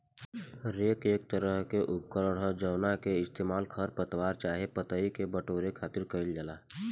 rake एक तरह के उपकरण ह जावना के इस्तेमाल खर पतवार चाहे पतई के बटोरे खातिर कईल जाला